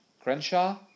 Crenshaw